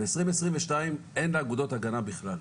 ב-2022 אין לאגודות הגנה בכלל.